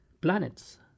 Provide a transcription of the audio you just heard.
planets